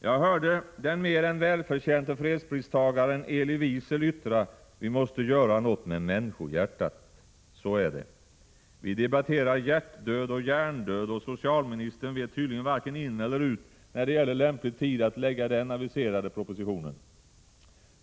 Jag hörde den mer än välförtjänte fredspristagaren, Elie Wiesel, yttra: ”Vi måste göra något med människohjärtat.” Så är det! Vi debatterar hjärtdöd och hjärndöd, och socialministern vet tydligen varken in eller ut när det gäller lämplig tid att lägga den aviserade propositionen.